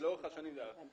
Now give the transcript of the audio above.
לאורך השנים זה היה.